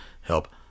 help